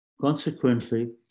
Consequently